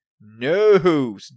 No